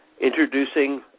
introducing